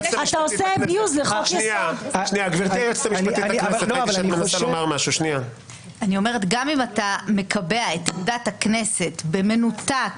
גם אם אתה מקבע את עמדת הכנסת במנותק